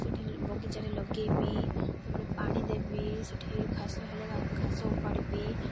ସେଇଠି ବଗିଚାରେ ଲଗେଇବି ତା'ପରେ ପାଣି ଦେବି ସେଇଠି ଘାସ ହେଲେ ଘାସ ଉପାଡ଼ିବି